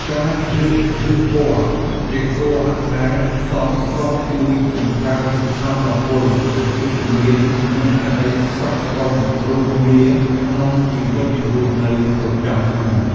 ការជ្រើសរើសពណ៌ដេគ័រដែលសមស្របជួយបង្កើនថាមពលវិជ្ជមាននិងក្តីសុខដុមរមនាក្នុងជីវិតរស់នៅប្រចាំថ្ងៃ។